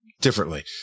differently